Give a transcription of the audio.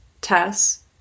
Tess